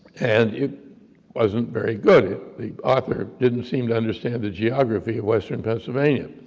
and it wasn't very good, the author didn't seem to understand the geography of western pennsylvania,